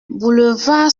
boulevard